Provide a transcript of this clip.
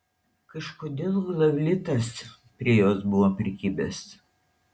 kažkodėl glavlitas prie jos buvo prikibęs